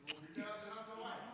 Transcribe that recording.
הוא ויתר על שנת הצוהריים.